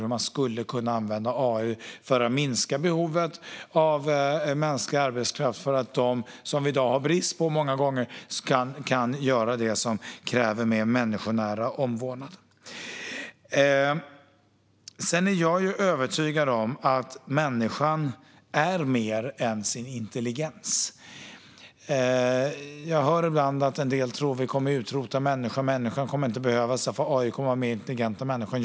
Med AI skulle man kunna minska behovet av mänsklig arbetskraft så att de anställda, som vi i dag många gånger har brist på, kunde göra det som kräver mer människonära omvårdnad. Jag är övertygad om att människan är mer än sin intelligens. Jag hör ibland att en del tror att vi kommer att utrota människan och att människor inte kommer att behövas eftersom AI kommer att vara mer intelligent än människan.